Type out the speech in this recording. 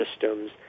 systems